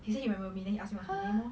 is he remember me then he ask me err name lor